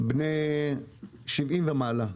בני 70 ומעלה,